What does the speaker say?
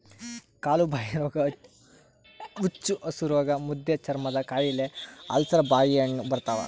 ಕಾಲುಬಾಯಿರೋಗ ಹುಚ್ಚುಹಸುರೋಗ ಮುದ್ದೆಚರ್ಮದಕಾಯಿಲೆ ಅಲ್ಸರ್ ಬಾಯಿಹುಣ್ಣು ಬರ್ತಾವ